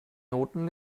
noten